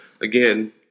Again